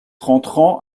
rentrant